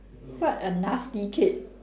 what a nasty kid